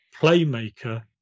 playmaker